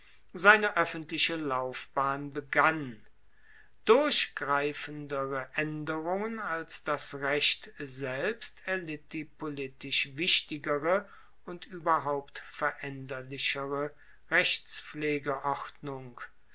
seine oeffentliche laufbahn begann durchgreifendere aenderungen als das recht selbst erlitt die politisch wichtigere und ueberhaupt